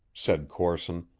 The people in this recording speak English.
said corson,